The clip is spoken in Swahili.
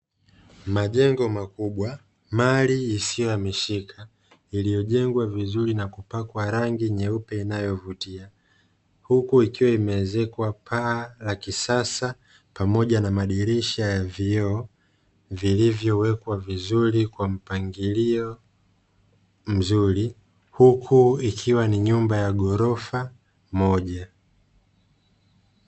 Majengo makubwa, mali isiyohamishika iliyojengwa vizuri na kupakwa rangi nyeupe inayovutia, huku ikiwa imeezekwa paa la kisasa pamoja na madirisha ya vioo vilivyowekwa vizuri kwa mpangilio mzuri, huku ikiwa ni nyumba ya ghorofa moja.